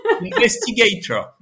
Investigator